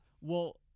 Well-